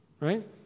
right